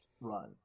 run